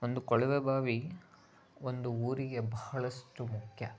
ಒಂದು ಕೊಳವೆ ಬಾವಿ ಒಂದು ಊರಿಗೆ ಬಹಳಷ್ಟು ಮುಖ್ಯ